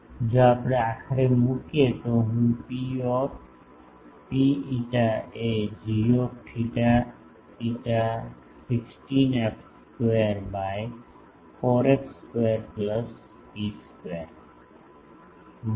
જો આપણે આખરે મૂકીએ તો હું Pρ φ એ gθ φ 16f square by 4f square plus ρ square